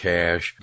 Cash